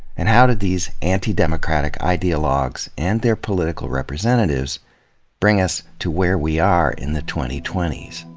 and how did these antidemocratic ideologues and their political representatives bring us to where we are in the twenty twenty s?